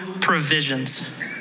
provisions